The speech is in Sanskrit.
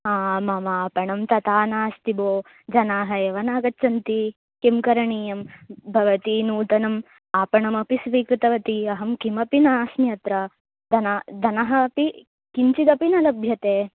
आ मम आपणं तथा नास्ति भोः जनाः एव नागच्छन्ति किं करणीयं भवती नूतनम् आपणमपि स्वीकृतवती अहं किमपि नास्मि अत्र धनं धनम् अपि किञ्चिदपि न लभ्यते